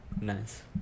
Nice